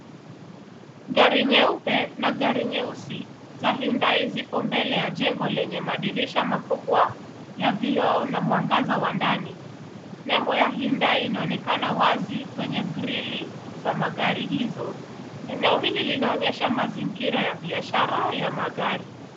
Gari nyeupe na gari nyeusi za Hyundai zipo mbele ya jengo lenye madirisha makubwa ya vioo na mwangaza wa ndani. Nembo ya Hyundai inaonekana wazi kwenye grili za magari hizo. Eneo hili linaonyesha mazingira ya biashara ya magari.